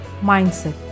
mindset